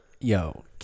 Yo